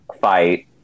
fight